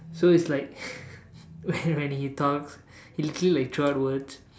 so is like when he talks he'll literally like throw out words